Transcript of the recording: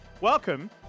Welcome